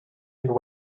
and